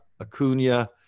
Acuna